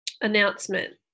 announcement